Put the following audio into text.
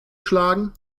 schlagen